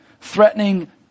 threatening